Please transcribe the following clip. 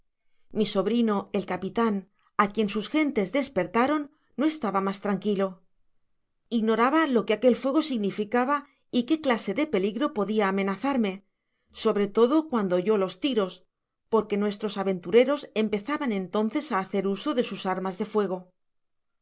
mi sobrino el capitan á quien sus gentes despertaron no estaba mas tranquilo ignoraba lo que aquel fuego significaba y qué clase de peligro podia amenazarme sobre todo cuando oyó los tiros porque nuestros aventureros empezaban entonces á hacer uso de sus armas de fuego